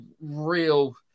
real